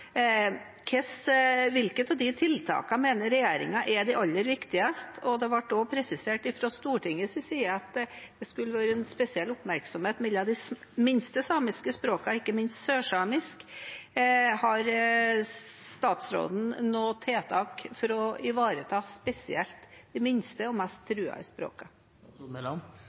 Hvilke av de tiltakene mener regjeringen er de aller viktigste? Det ble også presisert fra Stortingets side at det skulle rettes spesiell oppmerksomhet mot de minste samiske språkene, ikke minst sørsamisk. Har statsråden noe tiltak for å ivareta spesielt de minste og mest